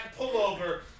pullover